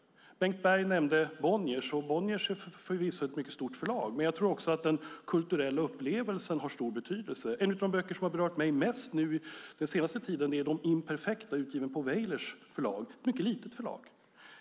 Bengt Berg nämnde Bonniers. Bonniers är förvisso ett mycket stort förlag, men jag tror att även den kulturella upplevelsen har stor betydelse. En av de böcker som den senaste tiden berört mig mest är De imperfekta , utgiven på Weyler förlag, ett mycket litet förlag.